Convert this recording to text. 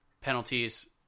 penalties